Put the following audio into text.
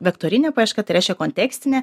vektorinė paieška tai reiškia kontekstinė